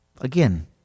again